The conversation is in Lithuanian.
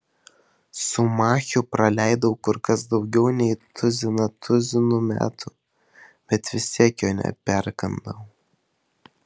su machiu praleidau kur kas daugiau nei tuziną tuzinų metų bet vis tiek jo neperkandau